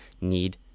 need